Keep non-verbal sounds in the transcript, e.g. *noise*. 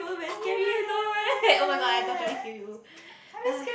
*noise* I know right oh-my-god I totally feel you *noise*